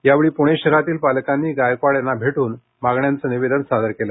यावेळी प्णे शहरातील पालकांनी गायकवाड यांना भेट्न मागण्यांचे निवेदन सादर केलं